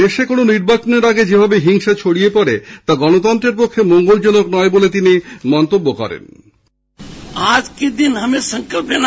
দেশে কোনো নির্বাচনের আগে যেভাবে হিংসা ছড়িয়ে পড়ে তা গণতন্ত্রের পক্ষে মঙ্গলজনক নয় বলে তিনি মন্তব্য করেন